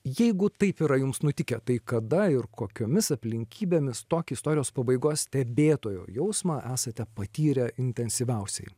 jeigu taip yra jums nutikę tai kada ir kokiomis aplinkybėmis tokį istorijos pabaigos stebėtojo jausmą esate patyrę intensyviausiai